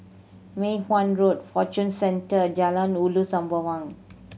Mei Hwan Road Fortune Centre Jalan Ulu Sembawang